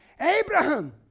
Abraham